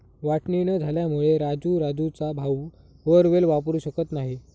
वाटणी न झाल्यामुळे राजू राजूचा भाऊ बोअरवेल वापरू शकत नाही